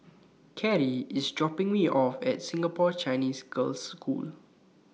Carie IS dropping Me off At Singapore Chinese Girls' School